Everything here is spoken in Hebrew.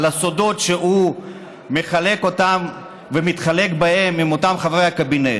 על הסודות שהוא מחלק ומתחלק בהם עם אותם חברי הקבינט.